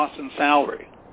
loss in salary